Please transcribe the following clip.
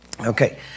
Okay